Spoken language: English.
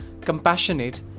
compassionate